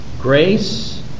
Grace